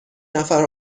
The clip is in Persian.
نفر